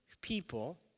people